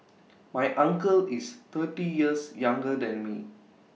my uncle is thirty years younger than me